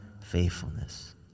faithfulness